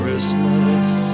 Christmas